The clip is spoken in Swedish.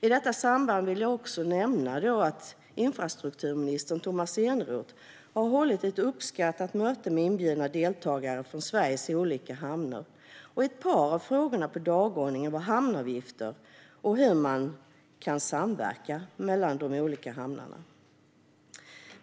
I samband med detta vill jag nämna att infrastrukturminister Tomas Eneroth har hållit ett uppskattat möte med inbjudna deltagare från Sveriges olika hamnar. Ett par av frågorna på dagordningen var hamnavgifter och hur man kan samverka mellan de olika hamnarna.